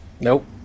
Nope